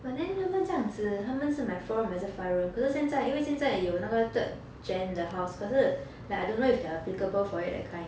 but then 他们这样子他们是买 four room 还是 five room 可是现在因为现在有那个 third gen 的 house 可是 like I don't know if they are applicable for it that kind